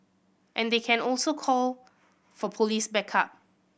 and they can also call for police backup